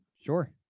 Sure